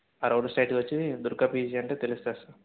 ఆ రోడ్డు స్ట్రైట్గా వచ్చి దుర్గా పీజీ అంటే తెలుస్తుంది సార్